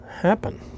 happen